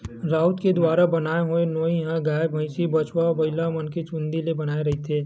राउत के दुवारा बनाय होए नोई ह गाय, भइसा, बछवा, बइलामन के चूंदी ले बनाए रहिथे